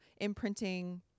imprinting